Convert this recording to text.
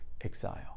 exile